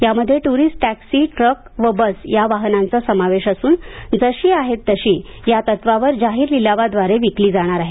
यामध्ये tourist taxi truck व bus या वाहनांचा समावेश असून जशी आहेत तशी या तत्वावर जाहीर लिलावाद्वारे विकली जाणार आहेत